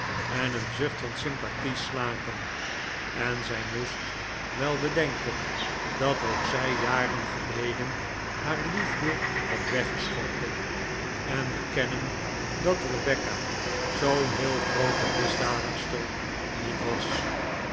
en een zucht van sympathie slaken en zij moest wel bedenken dat ook zij jaren geleden haar liefde had weggeschonken en bekennen dat rebecca zoo'n heel groote misdadigster niet was